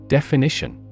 Definition